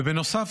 ובנוסף,